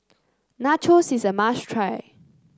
nachos is a must try